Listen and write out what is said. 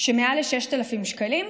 של מעל 6,000 שקלים,